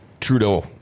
trudeau